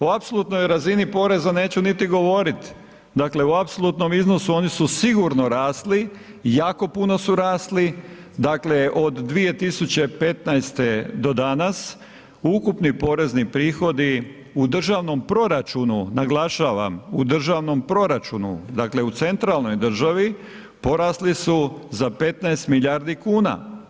O apsolutnoj razini poreza neću niti govoriti, dakle u apsolutno iznosu oni su sigurno rasli, jako puno su rasli od 2015. ukupni porezni prihodi u državnom proračunu, naglašavam u državnom proračunu, dakle u centralnoj državi porasli su za 15 milijardi kuna.